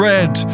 Red